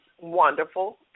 wonderful